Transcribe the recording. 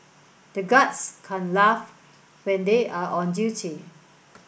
the guards can't laugh when they are on duty